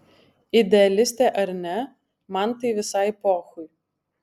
idealistė ar ne man tai visai pochui